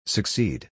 Succeed